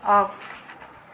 off